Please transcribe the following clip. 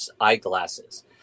eyeglasses